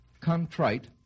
Contrite